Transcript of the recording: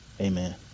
Amen